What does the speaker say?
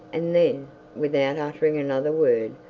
and then without uttering another word,